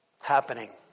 happening